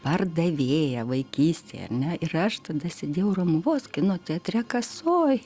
pardavėja vaikystėje ne ir aš tada sėdėjau romuvos kino teatre kasoj